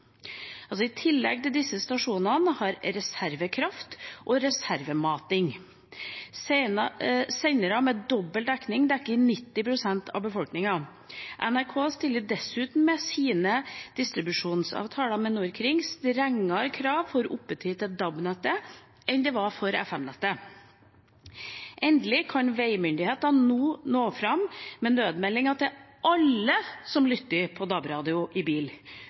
I tillegg har disse stasjonene reservekraft og reservemating. Sendere med dobbel dekning dekker 90 pst. av befolkningen. NRK stiller dessuten gjennom sine distribusjonsavtaler med Norkring strengere krav for oppetid til DAB-nettet enn det som var tilfellet for FM-nettet. Endelig kan nå veimyndighetene nå fram med nødmeldinger til alle som lytter på DAB-radio i bil,